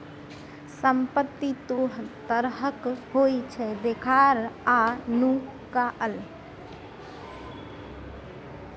संपत्ति दु तरहक होइ छै देखार आ नुकाएल